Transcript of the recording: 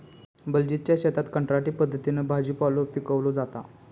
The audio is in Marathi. बलजीतच्या शेतात कंत्राटी पद्धतीन भाजीपालो पिकवलो जाता